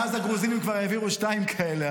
-- מאז הגרוזינים כבר העבירו שניים כאלה,